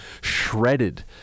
shredded